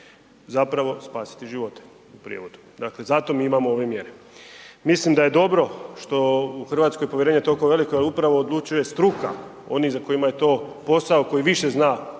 zapravo spasiti živote u prijevodu, zato mi imamo ove mjere. Mislim da je dobro što je u Hrvatskoj povjerenje toliko veliko jel upravo odlučuje struka, oni kojima je to posao koji više zna